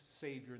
Savior